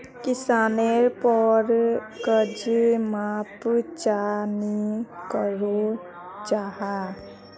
किसानेर पोर कर्ज माप चाँ नी करो जाहा?